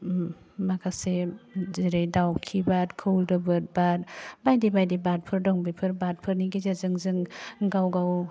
उम माखासे जेरै दावखि बाद खौलोबोद बाद बायदि बायदि बादफोर दं बेफोर बादफोरनि गेजेरजों जों गावगाव